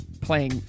playing